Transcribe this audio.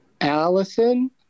Allison